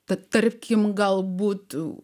tad tarkim gal būtų